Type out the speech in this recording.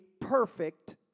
perfect